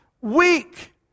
Weak